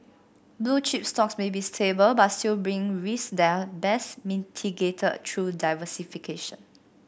blue chip stocks may be stable but still brings risks that are best mitigated through diversification